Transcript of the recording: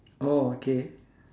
oh okay